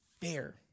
fair